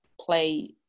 play